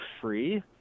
free